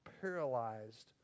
paralyzed